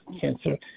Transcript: cancer